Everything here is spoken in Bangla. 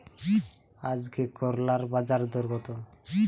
আজকে করলার বাজারদর কত?